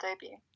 debut